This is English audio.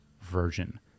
version